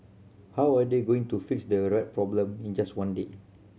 how are they going to fix the rat problem in just one day